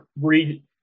read